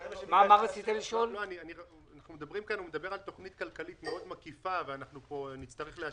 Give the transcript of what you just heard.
הוא מדבר על תוכנית כלכלית מאוד מקיפה ואנחנו פה נצטרך פה לאשר,